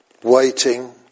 waiting